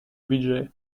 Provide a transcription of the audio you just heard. budget